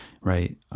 right